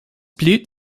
blüht